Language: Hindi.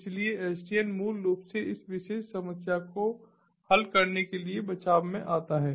इसलिए SDN मूल रूप से इस विशेष समस्या को हल करने के लिए बचाव में आता है